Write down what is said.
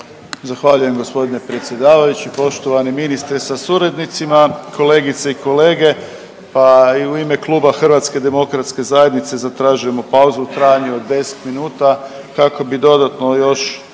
Zahvaljujem gospodine predsjedavajući. Poštovani ministre sa suradnicima, kolegice i kolege pa i u ime Kluba HDZ-a zatražujemo pauzu u trajanju od 10 minuta kako bi dodatno još